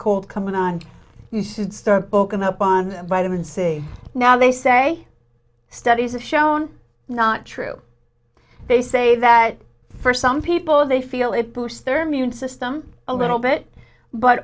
cold coming on you should start booking up on vitamin c now they say studies have shown not true they say that for some people they feel it boosts their immune system a little bit but